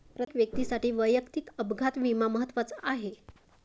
प्रत्येक व्यक्तीसाठी वैयक्तिक अपघात विमा महत्त्वाचा आहे